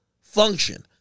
function